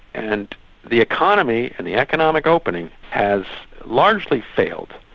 and the economy and the economic opening has largely failed.